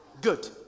good